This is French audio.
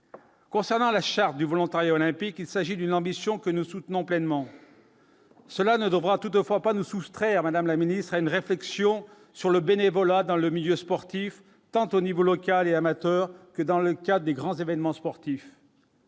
concernant la charte du volontariat olympique, il s'agit d'une ambition que nous soutenons pleinement. Cela ne devra toutefois pas nous soustraire Madame la ministre, à une réflexion sur le bénévolat dans le milieu sportif, tant au niveau local et amateur que dans le cas des grands événements sportifs.